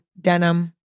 denim